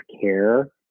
care